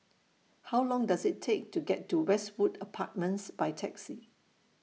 How Long Does IT Take to get to Westwood Apartments By Taxi